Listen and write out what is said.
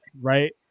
right